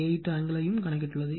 8 ஆங்கிளையும் கணக்கிட்டுள்ளது